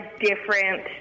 different